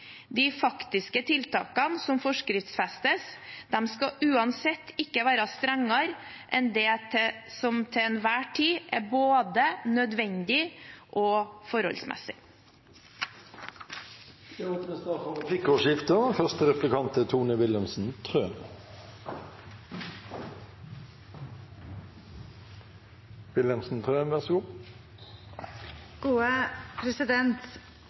De faktiske tiltakene som forskriftsfestes, skal uansett ikke være strengere enn det som til enhver tid er både nødvendig og forholdsmessig. Det blir replikkordskifte. Det presiseres i innstillingen og